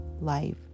life